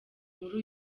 muri